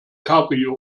cabrio